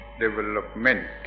development